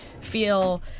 feel